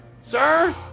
Sir